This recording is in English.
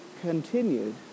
continued